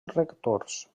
rectors